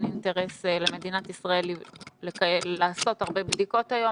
אינטרס למדינת ישראל לעשות הרבה בדיקות היום,